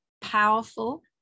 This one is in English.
powerful